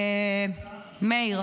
מי השר?